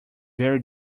very